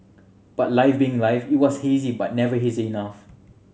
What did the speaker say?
but life being life it was hazy but never hazy enough